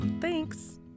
Thanks